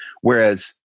Whereas